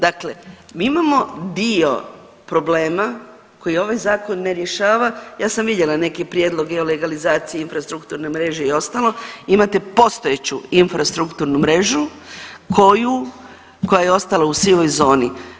Dakle, mi imamo dio problema koje ovaj zakon ne rješava, ja sam vidjela neke prijedloge o legalizaciji infrastrukturne mreže i ostalo, imate postojeću infrastrukturnu mrežu koja je ostala u sivoj zoni.